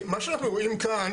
מה שאנחנו רואים כאן,